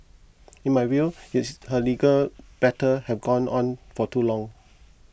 in my view his her legal battle have gone on for too long